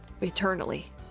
eternally